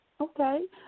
Okay